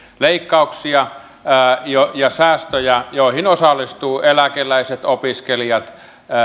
leikkauksia ja säästöjä joihin osallistuvat eläkeläiset opiskelijat